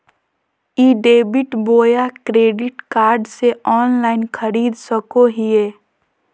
ई debit बोया credit card से online खरीद सको हिए?